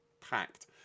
packed